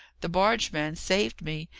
the barge-man saved me.